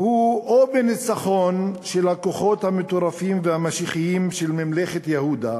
הוא או בניצחון של הכוחות המטורפים והמשיחיים של ממלכת יהודה,